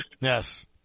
Yes